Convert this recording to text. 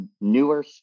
newer